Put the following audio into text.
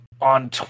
on